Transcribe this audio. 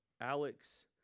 Alex